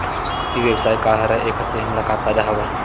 ई व्यवसाय का हरय एखर से हमला का फ़ायदा हवय?